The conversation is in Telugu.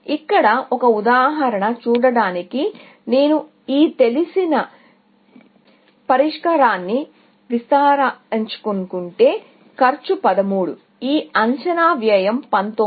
ఇక్కడ ఒక ఉదాహరణ చూడటానికి నేను ఈ తెలిసిన పరిష్కారాన్ని విస్తరించాలనుకుంటే కాస్ట్ 13 ఈ అంచనా వ్యయం 19